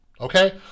Okay